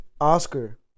Oscar